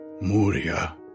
Muria